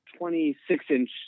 26-inch